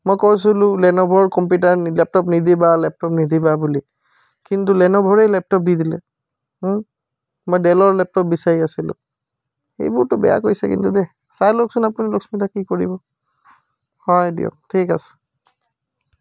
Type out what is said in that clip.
মই কৈছিলোঁ লেনভ'ৰ কম্পিউটাৰ নি লেপটপ নিদিবা লেপটপ নিদিবা বুলি কিন্তু লেনভ'ৰে লেপটপ দি দিলে মই ডেলৰ লেপটপ বিচাৰি আছিলোঁ এইবোৰতো বেয়া কৰিছে কিন্তু দেই চাই লওকচোন আপুনি লক্ষ্মী দা কি কৰিব হয় দিয়ক ঠিক আছে